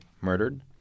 murdered